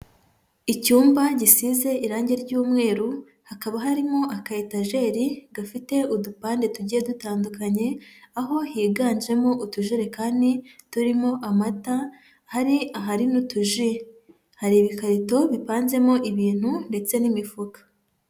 Icyumba gisize irange ry'umweru, hakaba harimo aka etageri gafite udupande tugiye dutandukanye, aho higanjemo utujerekani turimo amata, hari ahari n'utuji, hari ibikarito bipanzemo ibintu ndetse n'imifuka.